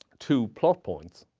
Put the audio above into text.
two plot points.